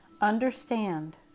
understand